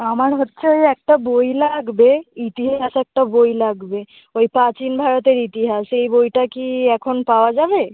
আমার হচ্ছে ওই একটা বই লাগবে ইতিহাস একটা বই লাগবে ওই প্রাচীন ভারতের ইতিহাস এই বইটা কি এখন পাওয়া যাবে